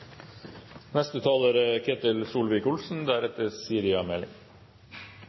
Neste taler er